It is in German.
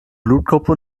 blutgruppe